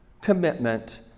commitment